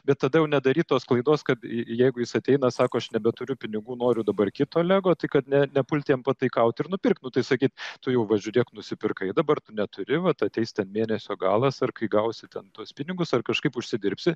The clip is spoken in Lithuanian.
bet tada jau nedaryt tos klaidos kad jeigu jis ateina sako aš nebeturiu pinigų noriu dabar kito lego tai kad ne nepult jam pataikaut ir nupirkt nu tai sakyt tu jau va žiūrėk nusipirkai dabar tu neturi vat ateis ten mėnesio galas ar kai gausi ten tuos pinigus ar kažkaip užsidirbsi